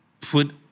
put